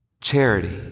charity